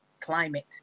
climate